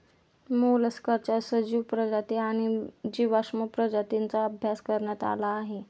मोलस्काच्या सजीव प्रजाती आणि जीवाश्म प्रजातींचा अभ्यास करण्यात आला आहे